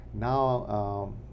Now